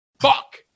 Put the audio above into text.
Fuck